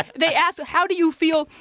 and they asked, how do you feel?